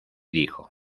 dijo